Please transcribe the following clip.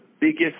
biggest